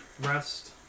Rest